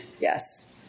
Yes